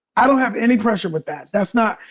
i don't have any pressure with that. that's not,